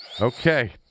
Okay